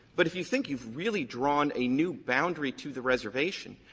but if you think you've really drawn a new boundary to the reservation,